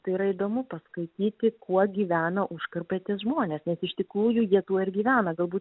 tai yra įdomu paskaityti kuo gyvena užkarpatės žmonės nes iš tikrųjų jie tuo ir gyvena galbūt